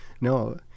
no